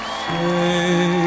say